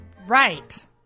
Right